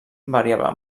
variava